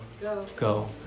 go